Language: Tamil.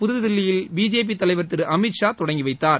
புதுதில்லியில் பிஜேபி தலைவர் திரு அமித் ஷா தொடங்கி வைத்தார்